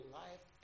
life